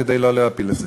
כדי לא להפיל את זה.